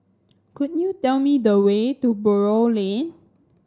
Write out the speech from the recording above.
could you tell me the way to Buroh Lane